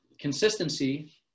consistency